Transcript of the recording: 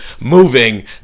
moving